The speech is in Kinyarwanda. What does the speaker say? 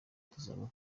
tuzaba